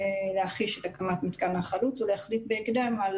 להחיש את הקמת מתקן החלוץ ולהחליט בהקדם על